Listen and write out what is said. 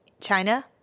China